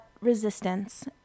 resistance